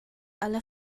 alla